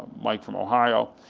mike from ohio,